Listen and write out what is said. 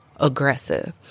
aggressive